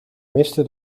miste